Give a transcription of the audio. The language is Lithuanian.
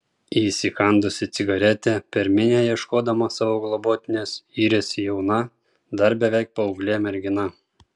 įsikandusi cigaretę per minią ieškodama savo globotinės yrėsi jauna dar beveik paauglė mergina